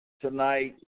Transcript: tonight